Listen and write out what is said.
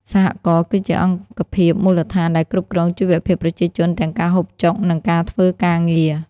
«សហករណ៍» គឺជាអង្គភាពមូលដ្ឋានដែលគ្រប់គ្រងជីវភាពប្រជាជនទាំងការហូបចុក និងការធ្វើការងារ។